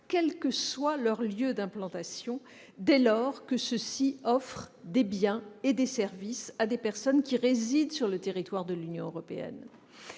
quel que soit leur lieu d'implantation, dès lors qu'ils offrent des biens et des services à des personnes résidant sur le territoire de l'Union européenne.